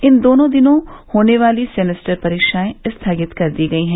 इन दोनों दिनों होने वाली सेमेस्टर परीक्षाएं स्थगित कर दी गयी हैं